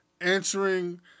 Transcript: Answering